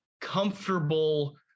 comfortable-